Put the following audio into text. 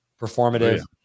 performative